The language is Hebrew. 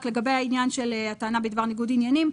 רק לגבי העניין של הטענה בדבר ניגוד עניינים.